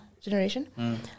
generation